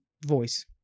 voice